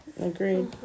Agreed